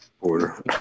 Order